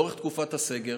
לאורך תקופת הסגר,